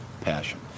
passion